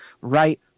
right